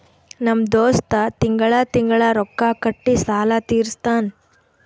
ನಮ್ ದೋಸ್ತ ತಿಂಗಳಾ ತಿಂಗಳಾ ರೊಕ್ಕಾ ಕೊಟ್ಟಿ ಸಾಲ ತೀರಸ್ತಾನ್